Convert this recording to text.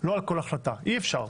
לא על כל החלטה, אי אפשר.